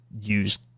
use